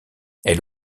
elle